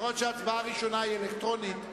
יכול להיות שההצבעה הראשונה היא אלקטרונית,